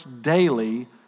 daily